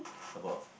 about